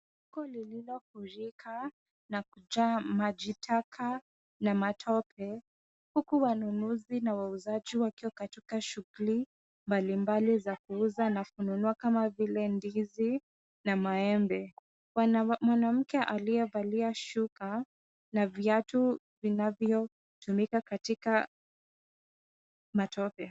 Soko lililofurika na kujaa maji taka na matope, huku wanunuzi na wauzaji wakiwa katika shughuli mbalimbali za kuuza na kununua kama vile ndizi na maembe. Mwanamke aliyevalia shuka na viatu vinavyotumika katika matope.